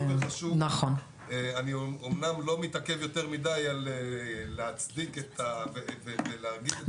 אני אמנם לא מתעכב יותר מדי על להצדיק ולהגיד את זה,